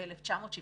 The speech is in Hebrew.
ב-1971,